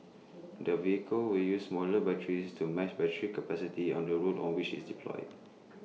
the vehicle will use modular batteries to match battery capacity on the route on which IT is deployed